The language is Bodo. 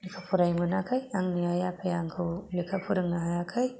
फरायनो मोनाखै आंनि आइ आफाया आंखौ लेखा फोरोंनो हायाखै